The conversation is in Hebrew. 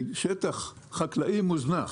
ששטח חקלאי מוזנח,